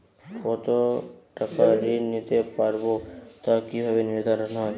কতো টাকা ঋণ নিতে পারবো তা কি ভাবে নির্ধারণ হয়?